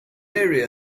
area